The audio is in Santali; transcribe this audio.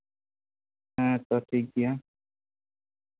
ᱦᱮᱸ ᱛᱚ ᱴᱷᱤᱠ ᱜᱮᱭᱟ